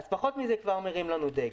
פחות מזה כבר מרים לנו דגל.